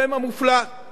באמת נאום לא רע.